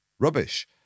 rubbish